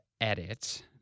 edit